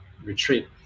retreat